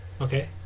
Okay